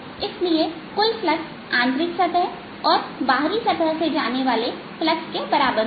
इसलिए कुल फ्लक्स आंतरिक सतह और बाहरी सतह से जाने वाले फ्लक्स के बराबर होगा